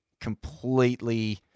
completely